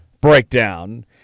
breakdown